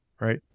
right